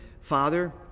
Father